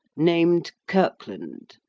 named kirkland.